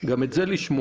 גם את זה לשמוע.